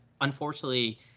unfortunately